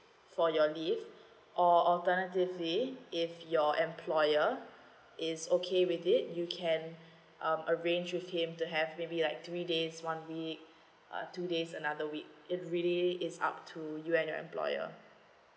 for your leave or alternatively your employer is okay with it you can um arrange with him to have maybe like three days one week uh two days another week it's really it's up to you and your employer